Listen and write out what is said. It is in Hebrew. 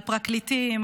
על פרקליטים,